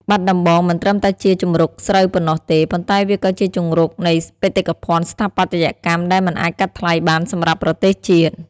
បាត់ដំបងមិនត្រឹមតែជាជង្រុកស្រូវប៉ុណ្ណោះទេ ប៉ុន្តែវាក៏ជាជង្រុកនៃបេតិកភណ្ឌស្ថាបត្យកម្មដែលមិនអាចកាត់ថ្លៃបានសម្រាប់ប្រទេសជាតិ។